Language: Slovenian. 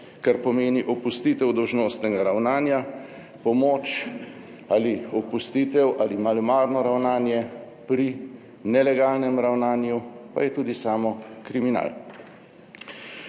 kar pomeni opustitev dolžnostnega ravnanja, pomoč ali opustitev ali malomarno ravnanje pri nelegalnem ravnanju pa je tudi samo kriminal.